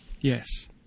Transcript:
Yes